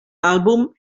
album